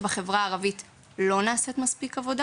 שבחברה הערבית לא נעשית מספיק עבודה